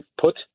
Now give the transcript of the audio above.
put